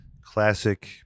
Classic